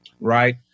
right